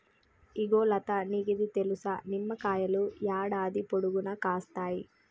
ఇగో లతా నీకిది తెలుసా, నిమ్మకాయలు యాడాది పొడుగునా కాస్తాయి